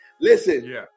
Listen